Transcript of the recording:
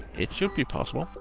it should be possible,